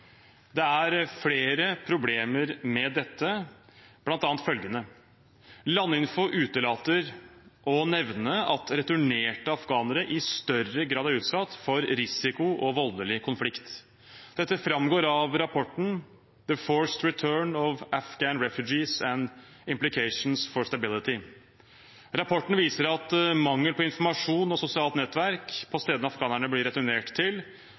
Det er flere problemer med dette, bl.a. følgende: Landinfo utelater å nevne at returnerte afghanere i større grad er utsatt for risiko og voldelig konflikt. Dette framgår av rapporten The Forced Return of Afghan Refugees and Implications for Stability. Rapporten viser at mangel på informasjon og sosialt nettverk på stedene afghanerne blir returnert til,